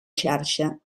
xarxa